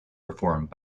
performed